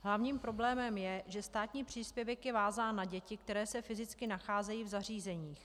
Hlavním problémem je, že státní příspěvek je vázán na děti, které se fyzicky nacházejí v zařízeních.